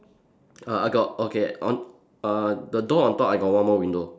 uh I got okay on err the door on top I got one more window